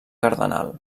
cardenal